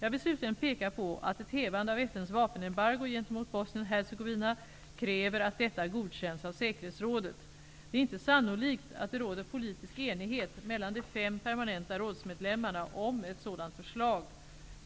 Jag vill slutligen peka på att ett hävande av FN:s vapenembargo gentemot Bosnien-Hercegovina kräver att detta godkänns av säkerhetsrådet. Det är inte sannolikt att det råder politisk enighet mellan de fem permanenta rådsmedlemmarna om ett sådant förslag.